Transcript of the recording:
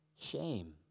shame